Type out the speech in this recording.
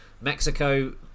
Mexico